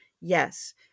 yes